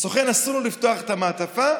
לסוכן אסור לפתוח את המעטפה,